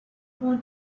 want